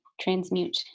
transmute